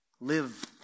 live